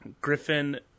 Griffin